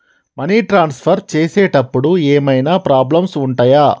Money transfer చేసేటప్పుడు ఏమైనా problems ఉంటయా?